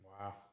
Wow